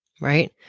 right